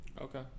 Okay